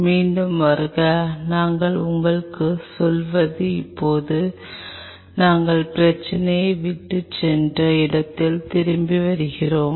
மீண்டும் வருக நாங்கள் உங்களுக்குச் சொல்வது இப்போது நாங்கள் பிரச்சினையை விட்டுச்சென்ற இடத்திற்கு திரும்பி வருகிறோம்